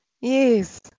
Yes